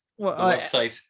website